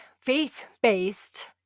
faith-based